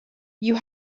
you